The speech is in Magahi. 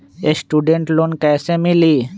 स्टूडेंट लोन कैसे मिली?